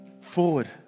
forward